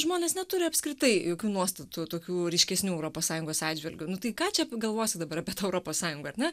žmonės neturi apskritai jokių nuostatų tokių ryškesnių europos sąjungos atžvilgiu nu tai ką čia pagalvosi dabar apie europos sąjunga ar ne